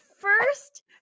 first